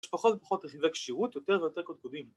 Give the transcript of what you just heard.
‫יש פחות ופחות רכיבי קשירות ‫יותר ויותר קודקודים.